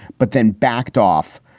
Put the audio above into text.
but then backed off.